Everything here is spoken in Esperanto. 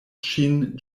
ŝin